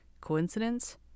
coincidence